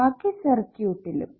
ബാക്കി സർക്യൂട്ടിലും